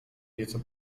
nieco